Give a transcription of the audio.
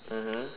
mmhmm